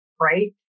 right